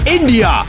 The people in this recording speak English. India